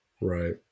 right